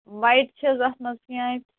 white چھِ حظ اَتھ منٛز کیٚنٛہہ اَتہِ